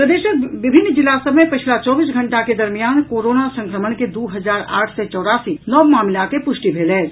प्रदेशक विभिन्न जिला सभ मे पछिला चौबीस घंटा के दरमियान कोरोना संक्रमण के दू हजार आठ सय चौरासी नव मामिला के पुष्टि भेल अछि